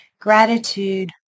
gratitude